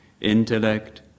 intellect